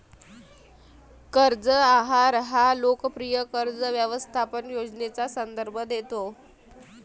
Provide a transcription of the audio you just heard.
कर्ज आहार हा लोकप्रिय कर्ज व्यवस्थापन योजनेचा संदर्भ देतो